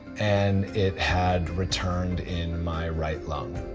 and it had returned in my right lung.